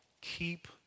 keep